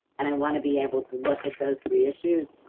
and i want to be able to look at those three issues.